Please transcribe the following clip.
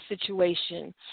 situation